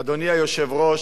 אדוני היושב-ראש,